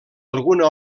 alguna